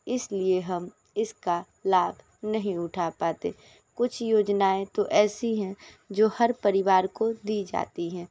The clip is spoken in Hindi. इस लिए हम इसका लाभ नहीं उठा पाते कुछ योजनाएँ तो ऐसी हैं जो हर परिवार को दी जाती हैं